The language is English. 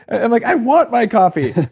and like i want my coffee!